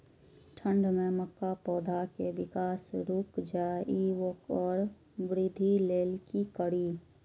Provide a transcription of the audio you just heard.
ठंढ में मक्का पौधा के विकास रूक जाय इ वोकर वृद्धि लेल कि करी?